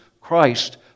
Christ